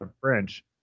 french